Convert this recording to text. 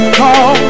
call